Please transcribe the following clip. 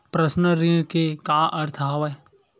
Personal ऋण के का अर्थ हवय?